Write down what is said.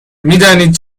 میدانید